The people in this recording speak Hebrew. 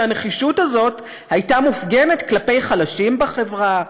"שהנחישות הזאת הייתה מופגנת כלפי חלשים בחברה,